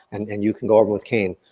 and and you can go over with kane,